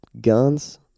guns